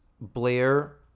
Blair